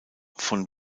von